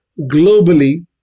globally